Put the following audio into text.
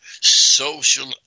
social